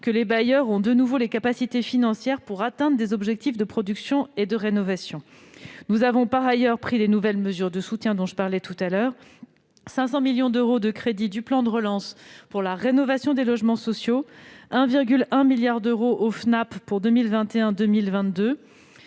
que les bailleurs ont de nouveau les capacités financières pour atteindre des objectifs de production et de rénovation. Comme je vous le disais, nous avons pris de nouvelles mesures de soutien, en consacrant 500 millions d'euros de crédits du plan de relance à la rénovation des logements sociaux et 1,1 milliard d'euros au FNAP pour 2021 et 2022.